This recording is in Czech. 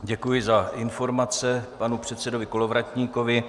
Děkuji za informace panu předsedovi Kolovratníkovi.